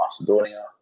Macedonia